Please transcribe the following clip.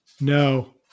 No